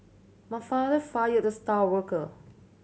my father fired the star worker